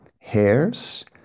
hairs